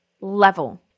level